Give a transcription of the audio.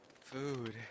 food